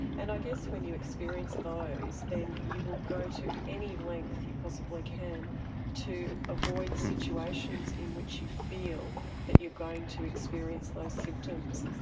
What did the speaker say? and i guess when you experience those then you will go to any length you possibly can to avoid situations in which you feel that you're going to experience those symptoms.